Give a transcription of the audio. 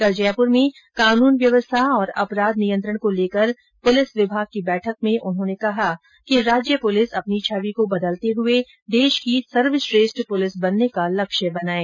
कल जयपुर में कानून व्यवस्था और अपराध नियंत्रण को लेकर पुलिस विभाग की बैठक में उन्होंने कहा कि राज्य पुलिस अपनी छवि को बदलते हुए देश की सर्वश्रेष्ठ पुलिस बनने का लक्ष्य बनायें